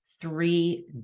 three